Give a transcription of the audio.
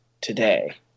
today